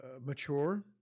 mature